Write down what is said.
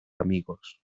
amigos